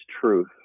truth